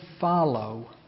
follow